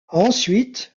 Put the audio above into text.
ensuite